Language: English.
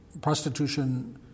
prostitution